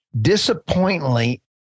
Disappointingly